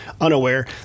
unaware